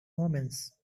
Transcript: omens